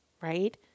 right